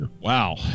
Wow